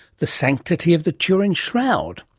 the sanctity of the turin shroud?